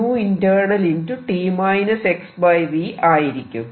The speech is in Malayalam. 2πinternalt xv ആയിരിക്കും